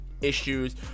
issues